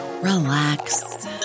relax